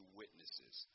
witnesses